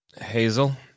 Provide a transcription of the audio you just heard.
Hazel